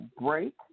break